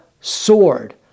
sword